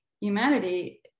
Humanity